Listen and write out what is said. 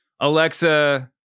Alexa